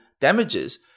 damages